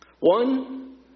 One